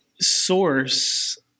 source